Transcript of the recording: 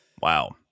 wow